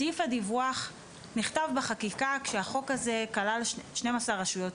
סעיף הדיווח נכתב בחקיקה כשהחוק הזה כלל 12 רשויות,